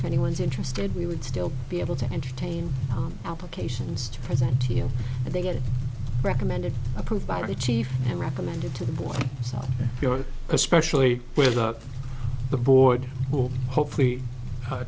if anyone's interested we would still be able to entertain applications to present to you and they get recommended approved by the chief and recommended to the board so you are especially with the boy who will hopefully